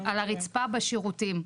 על הרצפה בשירותים.